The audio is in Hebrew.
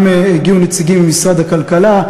גם הגיעו נציגים ממשרד הכלכלה,